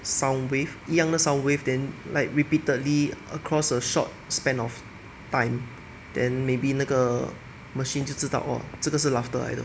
sound wave 一样的 sound wave then like repeatedly across a short span of time than maybe 那个 machine 就知道 orh 这个是 laughter 来的